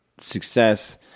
success